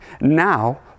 Now